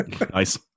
Nice